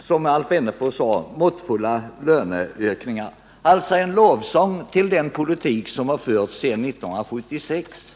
som Alf Wennerfors också sade, att vi har måttfulla löneökningar. Det var alltså en lovsång till den politik som har förts sedan 1976.